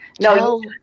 No